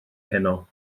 heno